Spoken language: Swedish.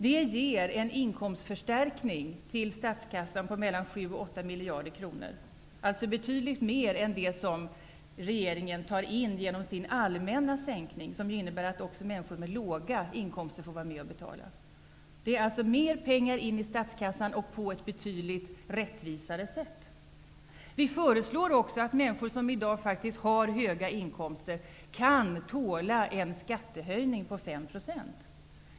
Det ger en inkomstförstärkning till statskassan på mellan 7 och 8 miljarder, alltså betydligt mer än det som regeringen tar in genom sin allmänna sänkning, som innebär att också människor med låga inkomster får vara med och betala. Det innebär alltså mer pengar in i statskassan och på ett betydligt rättvisare sätt. Vi tycker också att människor som i dag faktiskt har höga inkomster kan tåla en skattehöjning på 5 %.